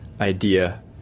idea